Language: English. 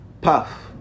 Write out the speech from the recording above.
Puff